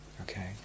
Okay